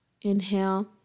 inhale